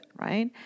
right